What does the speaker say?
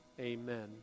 Amen